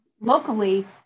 locally